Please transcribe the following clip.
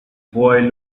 boy